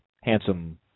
handsome